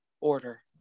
order